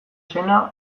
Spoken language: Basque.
zena